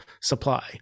supply